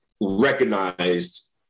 recognized